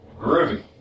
Groovy